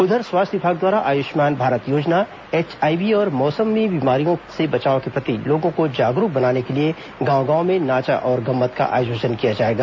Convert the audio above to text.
उधर स्वास्थ्य विभाग द्वारा आयुष्मान भारत योजना एचआईवी और मौसमी बीमारियों से बचाव के प्रति लोगों को जागरूक बनाने के लिए गांव गांव में नाचा और गम्मत का आयोजन किया जाएगा